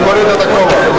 אני מוריד את הכובע.